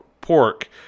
pork